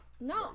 No